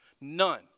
None